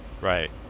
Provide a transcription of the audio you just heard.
Right